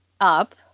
up